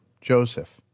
joseph